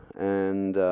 and